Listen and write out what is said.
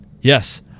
Yes